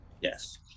Yes